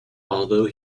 although